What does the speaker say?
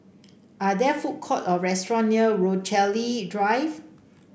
are there food court or restaurant near Rochalie Drive